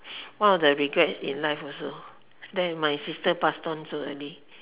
one of the regrets in life also that my sister passed on so early